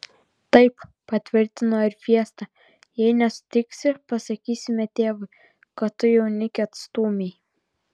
taip patvirtino ir fiesta jei nesutiksi pasakysime tėvui kad tu jaunikį atstūmei